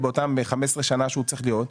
באותם 15 שנה שהוא צריך להיות.